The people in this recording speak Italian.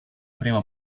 prima